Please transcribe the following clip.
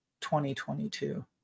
2022